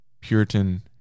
Puritan